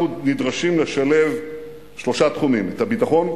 אנחנו נדרשים לשלב שלושה תחומים: את הביטחון,